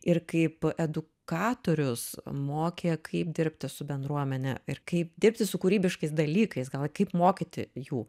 ir kaip edukatorius mokė kaip dirbti su bendruomene ir kaip dirbti su kūrybiškais dalykais gal kaip mokyti jų